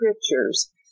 scriptures